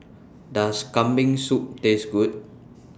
Does Kambing Soup Taste Good